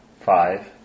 Five